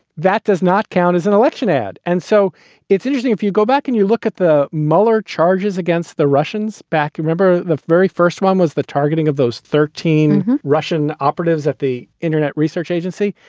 that does not count as an election ad. and so it's interesting, if you go back and you look at the mueller charges against the russians back. remember, the very first one was the targeting of those thirteen russian operatives at the internet research agency.